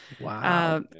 Wow